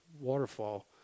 waterfall